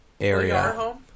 area